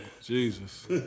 Jesus